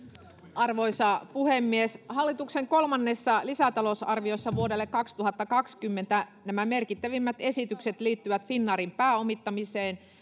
arvoisa puhemies hallituksen kolmannessa lisätalousarviossa vuodelle kaksituhattakaksikymmentä merkittävimmät esitykset liittyvät finnairin pääomittamiseen